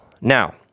Now